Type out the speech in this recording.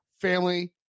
family